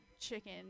chicken